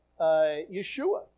Yeshua